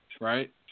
right